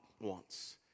wants